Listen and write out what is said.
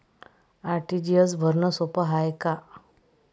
RTGS भरनं सोप हाय का?